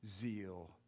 zeal